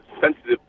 sensitive